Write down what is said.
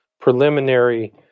preliminary